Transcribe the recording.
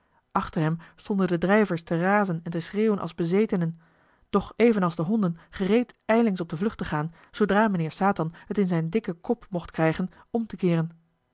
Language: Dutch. achter hem stonden de drijvers te razen en te schreeuwen als bezetenen doch evenals de honden gereed ijlings op de vlucht te gaan zoodra mijnheer satan het in zijn dikken kop mocht krijgen om te keeren